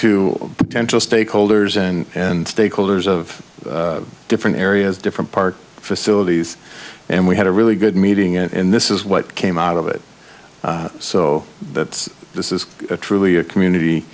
potential stakeholders and and stakeholders of different areas different part facilities and we had a really good meeting and this is what came out of it so that this is truly a community